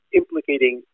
implicating